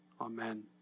Amen